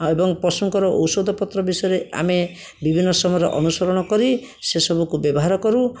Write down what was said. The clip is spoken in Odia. ଏବଂ ପଶୁଙ୍କର ଔଷଧପତ୍ର ବିଷୟରେ ଆମେ ବିଭିନ୍ନ ସମୟରେ ଅନୁସରଣ କରି ସେ ସବୁକୁ ବ୍ୟବହାର କରୁ